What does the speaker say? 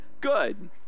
good